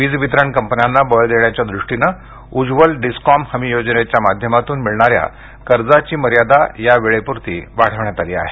वीज वितरण कंपन्यांना बळ देण्याच्या दृष्टीनं उज्ज्वल डिस्कॉम हमी योजनेच्या माध्यमातून मिळणार्यान कर्जाची मर्यादा या वेळपुरती वाढवण्यात आली आहे